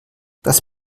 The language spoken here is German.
das